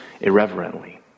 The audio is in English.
irreverently